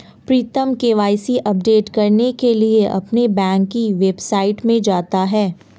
प्रीतम KYC update करने के लिए अपने बैंक की वेबसाइट में जाता है